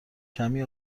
کمی